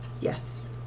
Yes